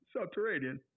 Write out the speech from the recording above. subterranean